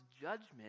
judgment